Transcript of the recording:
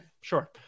sure